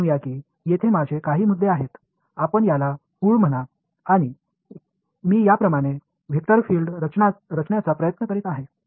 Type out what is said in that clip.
என்னிடம் இங்கே சில புள்ளி இருக்கிறது இதனை தொடக்கப் புள்ளி என்று சொல்லலாம் மற்றும் இங்கு இது போன்ற ஒரு வெக்டர் பீல்டு ஐ பிளாட் செய்ய முயற்சிக்கிறேன்